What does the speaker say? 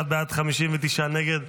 51 בעד, 59 נגד.